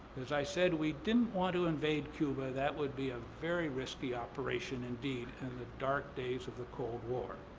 as i said, we didn't want to invade cuba. that would be a very risky operation indeed in and the dark days of the cold war.